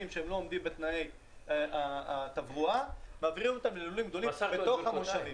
שלא עומדים בתנאי התברואה ומעבירים אותם ללולים גדולים בתוך המושבים.